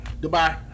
Goodbye